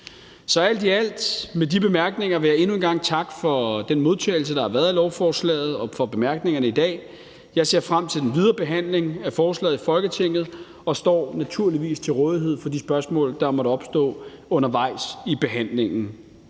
vil alt i alt med de bemærkninger endnu en gang takke for den modtagelse, der har været af lovforslaget, og for bemærkningerne i dag. Jeg ser frem til den videre behandling af forslaget i Folketinget, og jeg står naturligvis til rådighed for de spørgsmål, der måtte opstå undervejs i behandlingen.